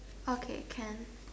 okay can